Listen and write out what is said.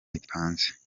ipanze